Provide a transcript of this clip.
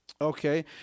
Okay